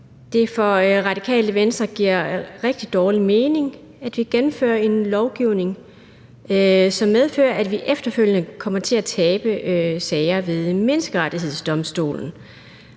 Det Radikale Venstre rigtig dårlig mening, at vi gennemfører en lovgivning, som medfører, at vi efterfølgende kommer til at tabe sager ved Menneskerettighedsdomstolen.